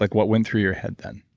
like what went through your head then?